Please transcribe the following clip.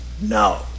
No